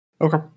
Okay